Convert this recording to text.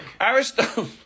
Aristotle